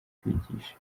kwigisha